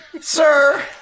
Sir